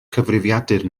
cyfrifiadur